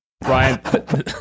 brian